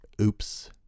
Oops